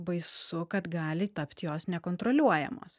baisu kad gali tapti jos nekontroliuojamos